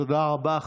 תודה רבה.